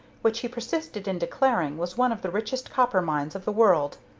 which he persisted in declaring was one of the richest copper mines of the world.